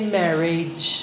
marriage